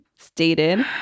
stated